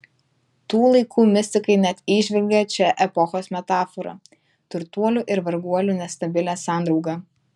tų laikų mistikai net įžvelgė čia epochos metaforą turtuolių ir varguolių nestabilią sandraugą